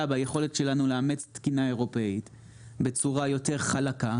ביכולת שלנו לאמץ תקינה אירופאית בצורה יותר חלקה,